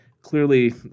clearly